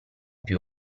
più